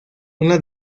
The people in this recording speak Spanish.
una